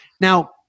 Now